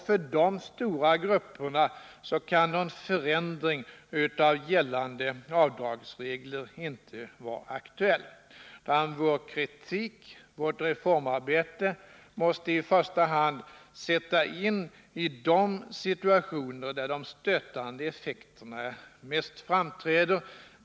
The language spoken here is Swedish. För de stora grupperna kan någon förändring i gällande avdragsregler inte vara aktuell. Vår kritik och vårt reformarbete måste i första hand sättas in i de situationer där de stötande effekterna mest framträder.